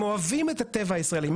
הם אוהבים את החוף, את הטבע הישראלי.